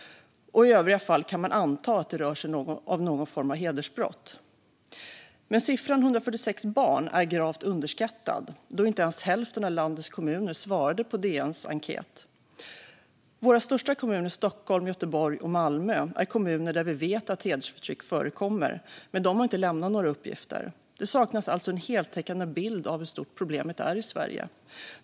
I övriga fall kan man anta att det rör sig om någon form av hedersbrott. Siffran 146 barn är dock en grav underskattning, då inte ens hälften av landets kommuner svarade på DN:s enkät. Våra största kommuner, Stockholm, Göteborg och Malmö, är kommuner där vi vet att hedersförtryck förekommer. Men de har inte lämnat några uppgifter. Det saknas alltså en heltäckande bild av hur stort problemet är i Sverige.